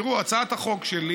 תראו, הצעת החוק שלי